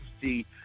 see